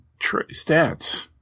stats